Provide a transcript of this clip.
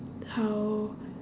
how